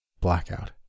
blackout